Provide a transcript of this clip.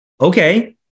okay